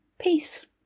peace